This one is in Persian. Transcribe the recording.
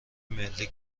ملی